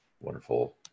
wonderful